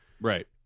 Right